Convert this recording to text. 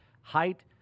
Height